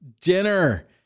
dinner